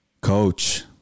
Coach